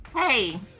hey